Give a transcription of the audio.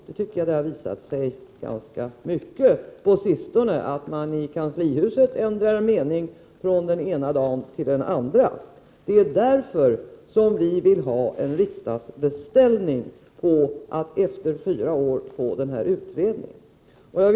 Jag tycker att det har visat sig ganska mycket på sistone att man i kanslihuset ändrar mening från den ena dagen till den andra. Det är därför som vi vill ha en beställning från riksdagen om att efter fyra år verkligen få utredningen tillsatt.